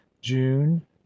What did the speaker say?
June